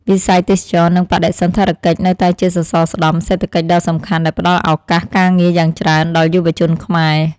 វិស័យទេសចរណ៍និងបដិសណ្ឋារកិច្ចនៅតែជាសសរស្តម្ភសេដ្ឋកិច្ចដ៏សំខាន់ដែលផ្តល់ឱកាសការងារយ៉ាងច្រើនដល់យុវជនខ្មែរ។